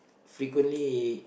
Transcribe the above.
frequently